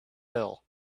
hill